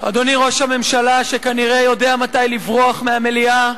אדוני ראש הממשלה, שכנראה יודע מתי לברוח מהמליאה,